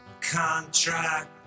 Contract